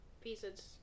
pieces